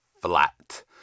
flat